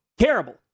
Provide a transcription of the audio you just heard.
Terrible